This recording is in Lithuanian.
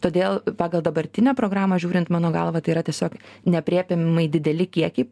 todėl pagal dabartinę programą žiūrint mano galva tai yra tiesiog neaprėpiamai dideli kiekiai